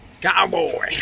Cowboy